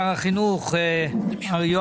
אני מקדם בברכה את שר החינוך מר יואב